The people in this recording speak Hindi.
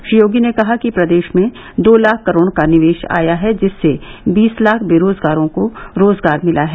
श्री योगी ने कहा कि प्रदेश में दो लाख करोड़ का निवेश आया है जिससे बीस लाख बेरोजगारों को रोजगार मिला है